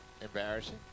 embarrassing